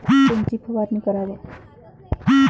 कोनची फवारणी कराव?